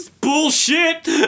Bullshit